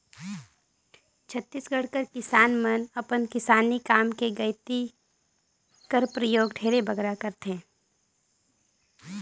छत्तीसगढ़ कर किसान मन अपन किसानी काम मे गइती कर परियोग ढेरे बगरा करथे